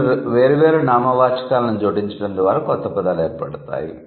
రెండు వేర్వేరు నామవాచకాలను జోడించడం ద్వారా కొత్త పదాలు ఏర్పడతాయి